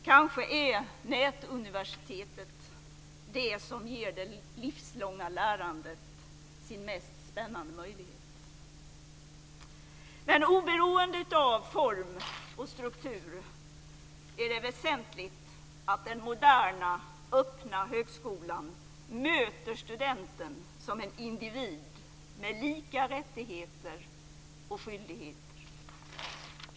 Kanske är nätuniversitetet det som ger det livslånga lärandet sin mest spännande möjlighet. Men oberoende av form och struktur är det väsentligt att den moderna, öppna högskolan möter studenten som en individ med lika rättigheter och skyldigheter.